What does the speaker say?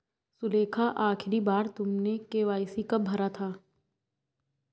सुलेखा, आखिरी बार तुमने के.वाई.सी कब भरा था?